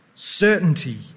Certainty